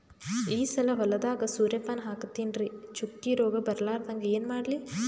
ಈ ಸಲ ಹೊಲದಾಗ ಸೂರ್ಯಪಾನ ಹಾಕತಿನರಿ, ಚುಕ್ಕಿ ರೋಗ ಬರಲಾರದಂಗ ಏನ ಮಾಡ್ಲಿ?